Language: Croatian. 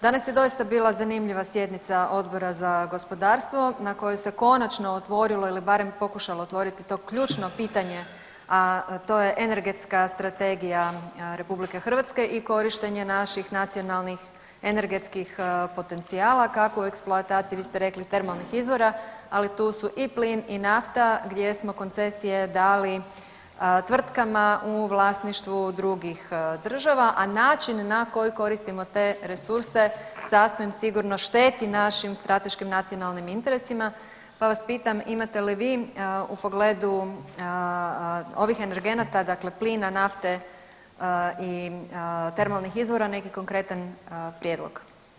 Danas je doista bila zanimljiva sjednica Odbora za gospodarstvo na kojoj se konačno otvorilo ili barem pokušalo otvoriti to ključno pitanje a to je energetska strategija RH i korištenje naših nacionalnih energetskih potencijala, kako u eksploataciji, vi ste rekli termalnih izvora, ali tu su i plin i nafta, gdje smo koncesije dali tvrtkama u vlasništvu drugih država a način na koji koristimo te resurse sasvim sigurno šteti našim strateškim nacionalnim interesima, pa vas pitam imate li vi u pogledu ovih energenata, dakle plin, nafte i termalnih izvora, nekakav konkretan prijedlog?